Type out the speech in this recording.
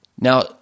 Now